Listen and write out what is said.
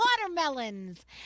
watermelons